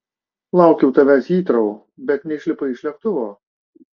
laukiau tavęs hitrou bet neišlipai iš lėktuvo